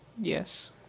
yes